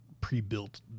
pre-built